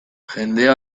jendea